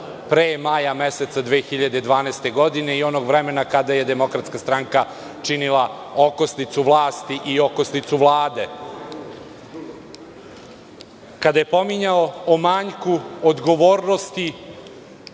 pre maja meseca 2012. godine i onog vremena kada je DS činila okosnicu vlasti i okosnicu Vlade. Kada je govorio o manjku odgovornosti